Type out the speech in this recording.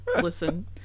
listen